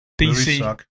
DC